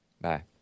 Bye